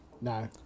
No